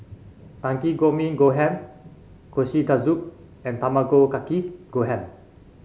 Takikomi Gohan Kushikatsu and Tamago Kake Gohan